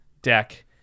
deck